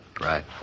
Right